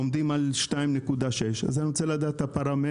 עומדים על 2.6. אז אני רוצה לדעת את הפרמטרים